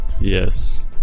Yes